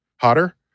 hotter